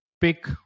pick